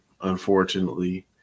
unfortunately